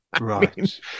Right